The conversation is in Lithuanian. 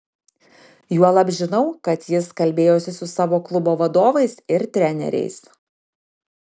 juolab žinau kad jis kalbėjosi su savo klubo vadovais ir treneriais